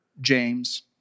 James